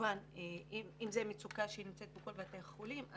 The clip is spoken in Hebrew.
שאם זו מצוקה שנמצאת בכל בתי החולים,